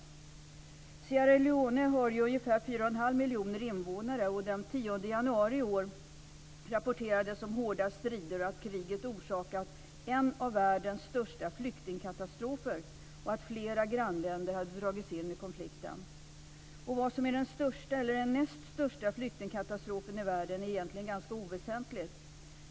Sierra Leone har ungefär 4,5 miljoner invånare, och den 10 januari i år rapporterades om hårda strider, att kriget orsakat en av världens största flyktingkatastrofer och att flera grannländer hade dragits in i konflikten. Vad som är den största eller den näst största flyktingkatastrofen i världen är egentligen ganska oväsentligt.